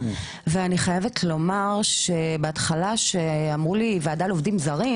ואני חייבת לומר שבהתחלה שאמרו לי ועדה לעובדים זרים